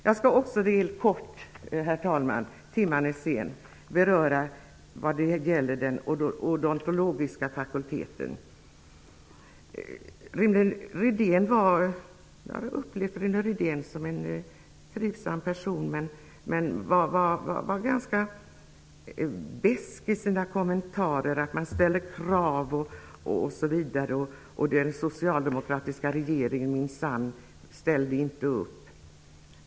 Jag skall bara kort, herr talman, med tanke på at timmen är sen, beröra den odontologiska fakulteten. Jag har upplevt Rune Rydén som en trivsam person, men han var ganska besk i sina kommentarer om att man ställer krav osv. och att den socialdemokratiska regeringen minsann inte ställde upp.